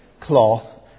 cloth